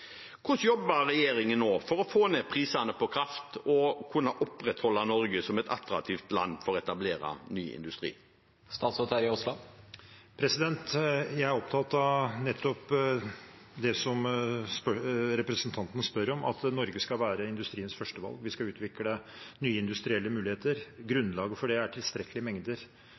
Hvordan jobber regjeringen nå for å få ned prisene på kraft og kunne opprettholde Norge som et attraktivt land for å etablere ny industri? Jeg er opptatt av nettopp det som representanten spør om, at Norge skal være industriens førstevalg. Vi skal utvikle nye industrielle muligheter. Grunnlaget for det er tilstrekkelige mengder